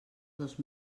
dos